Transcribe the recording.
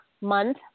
month